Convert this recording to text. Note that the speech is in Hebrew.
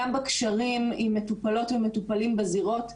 גם בקשרים עם מטופלות ומטופלים בזירות,